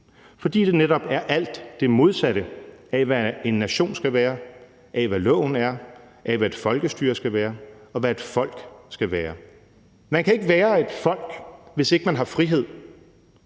For det er netop alt det modsatte af, hvad en nation skal være, af, hvad loven er, af, hvad et folkestyre skal være, og af, hvad et folk skal være. Man kan ikke være et folk, hvis ikke man har frihed.